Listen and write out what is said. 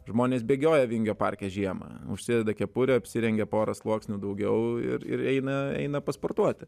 žmonės bėgioja vingio parke žiemą užsideda kepurę apsirengia porą sluoksnių daugiau ir eina eina pasportuoti